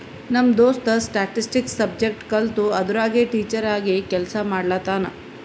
ನಮ್ ದೋಸ್ತ statistics subject ಕಲ್ತು ಅದುರಾಗೆ ಟೀಚರ್ ಆಗಿ ಕೆಲ್ಸಾ ಮಾಡ್ಲತಾನ್